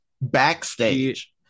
backstage